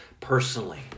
personally